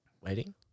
waiting